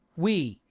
we,